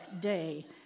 Day